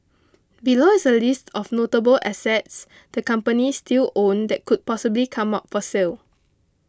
below is a list of notable assets the companies still own that could possibly come up for sale